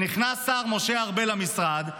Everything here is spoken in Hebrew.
לפני שנכנס משה ארבל למשרד,